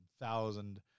thousand